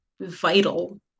vital